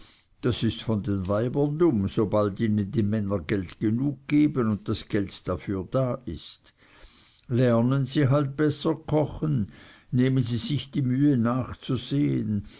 das ist von den weibern dumm sobald ihnen die männer geld genug geben und geld dafür da ist lernen sie halt besser kochen nehmen sie sich die mühe nachzusehen